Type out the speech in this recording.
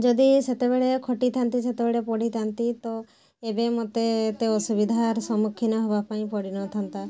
ଯଦି ସେତେବେଳେ ଖଟିଥାନ୍ତି ସେତେବେଳେ ପଢ଼ିଥାନ୍ତି ତ ଏବେ ମୋତେ ଏତେ ଅସୁବିଧାର ସମ୍ମୁଖୀନ ହେବାପାଇଁ ପଡ଼ିନଥାନ୍ତା